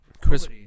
Chris